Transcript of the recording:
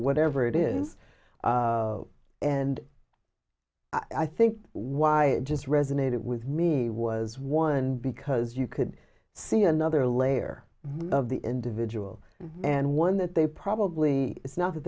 whatever it is and i think why it just resonated with me was one because you could see another layer of the individual and one that they probably it's not that